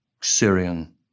Syrian